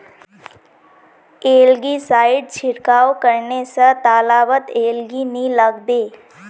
algae side छिड़काव करने स तालाबत एलगी नी लागबे